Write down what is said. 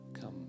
Come